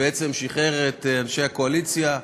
ובעצם שחרר את אנשי הקואליציה,